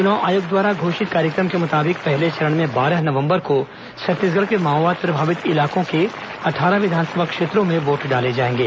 चुनाव आयोग द्वारा घोषित कार्यक्रम के मुताबिक पहले चरण में बारह नवंबर को छत्तीसगढ़ के माओवाद प्रभावित इलाकों के अट्ठारह विधानसभा क्षेत्रों में वोट डाले जाएंगे